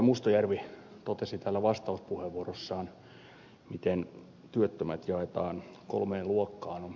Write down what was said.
mustajärvi totesi täällä vastauspuheenvuorossaan miten työttömät jaetaan kolmeen luokkaan